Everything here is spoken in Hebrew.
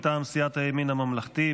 מטעם סיעת הימין הממלכתי,